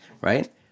right